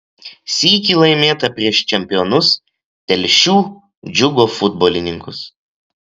sykį laimėta prieš čempionus telšių džiugo futbolininkus